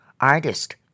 artist